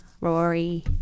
Rory